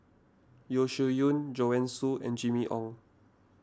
Yeo Shih Yun Joanne Soo and Jimmy Ong